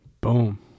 Boom